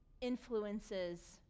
influences